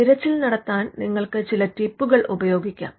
തിരച്ചിൽ നടത്താൻ നിങ്ങൾക്ക് ചില ടിപ്പുകൾ ഉപയോഗിക്കാം